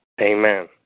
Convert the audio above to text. Amen